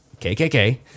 KKK